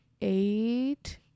eight